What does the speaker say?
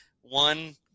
one